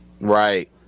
Right